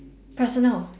personal